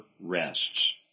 rests